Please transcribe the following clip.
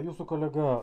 jūsų kolega